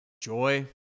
joy